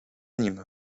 nim